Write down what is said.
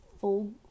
full